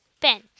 Ben